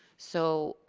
so,